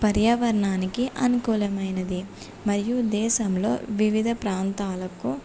పర్యావరణానికి అనుకూలమైనది మరియు దేశంలో వివిధ ప్రాంతాలకు